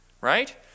Right